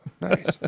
Nice